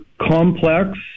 complex